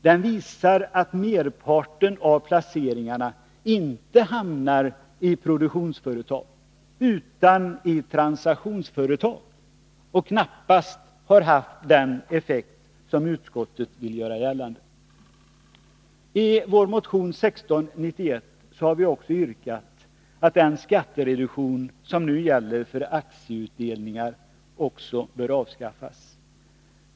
Den visar att merparten av placeringarna inte hamnar i produktionsföretag utan i transaktionsföretag och knappast haft den effekt som utskottet vill göra gällande. I vår motion 1691 har vi även yrkat att också den skattereduktion som nu gäller för aktieutdelningar bör avskaffas.